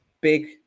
big